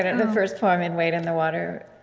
ah the first poem in wade in the water.